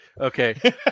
Okay